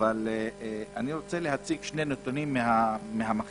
אבל אני רוצה להציג שני נתונים מהמחקר,